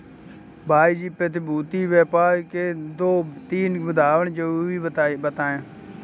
भाई जी प्रतिभूति व्यापार के दो तीन उदाहरण जरूर बताएं?